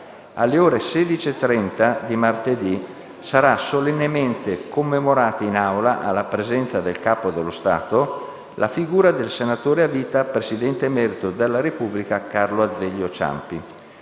Alle ore 16,30 di martedì sarà solennemente commemorata in Aula, alla presenza del Capo dello Stato, la figura del senatore a vita, Presidente emerito della Repubblica, Carlo Azeglio Ciampi.